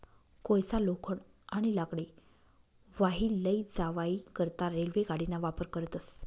कोयसा, लोखंड, आणि लाकडे वाही लै जावाई करता रेल्वे गाडीना वापर करतस